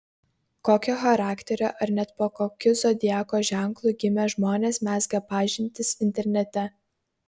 kokio charakterio ar net po kokiu zodiako ženklu gimę žmonės mezga pažintis internete